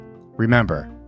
Remember